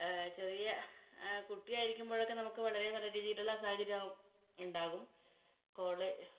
ചെറിയ കുട്ടിയായിരിക്കുമ്പോഴൊക്കെ നമുക്ക് വളരെ നല്ല രീതിയിലുള്ള സാഹചര്യം ഉണ്ടാകും കോളേ